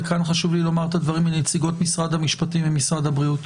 וכאן חשוב לי לומר את הדברים מנציגות משרד המשפטים ומשרד הבריאות.